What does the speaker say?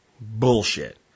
bullshit